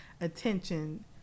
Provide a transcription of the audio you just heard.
attention